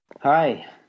hi